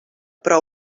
però